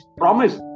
promise